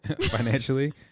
financially